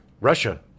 Russia